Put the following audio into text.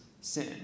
sin